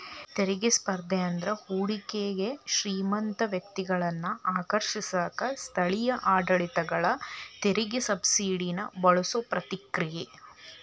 ತೆರಿಗೆ ಸ್ಪರ್ಧೆ ಅಂದ್ರ ಹೂಡಿಕೆಗೆ ಶ್ರೇಮಂತ ವ್ಯಕ್ತಿಗಳನ್ನ ಆಕರ್ಷಿಸಕ ಸ್ಥಳೇಯ ಆಡಳಿತಗಳ ತೆರಿಗೆ ಸಬ್ಸಿಡಿನ ಬಳಸೋ ಪ್ರತಿಕ್ರಿಯೆ